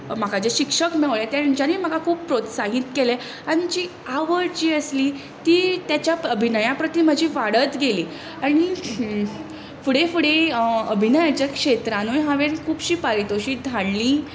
म्हाका जे शिक्षक मेळ्ळे तेंच्यांनी म्हाका खूब प्रोत्साहीत केलें आनी जी आवड जी आसली तेच्या अभिनया प्रती म्हजी वाडत गेली आनी फुडें फुडें अभिनयाच्या क्षेत्रांनूय हांवे खुबशीं हाडलीं